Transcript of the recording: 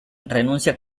renuncia